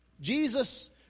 Jesus